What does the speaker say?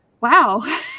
Wow